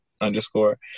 underscore